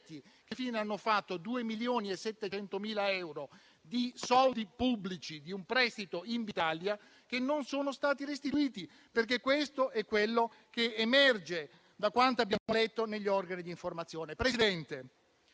che fine hanno fatto i 2,7 milioni euro di soldi pubblici, di un prestito Invitalia, che non sono stati restituiti: perché questo è quello che emerge da quanto abbiamo letto negli organi di informazione. Signor Presidente,